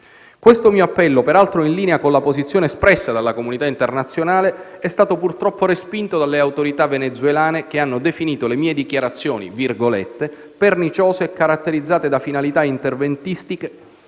Questo mio appello, peraltro in linea con la posizione espressa dalla comunità internazionale, è stato purtroppo respinto dalle autorità venezuelane, che hanno definito le mie dichiarazioni «perniciose e caratterizzate da finalità interventistiche»,